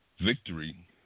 victory